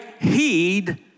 heed